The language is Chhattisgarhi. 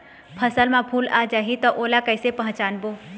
फसल म फूल आ जाही त ओला कइसे पहचानबो?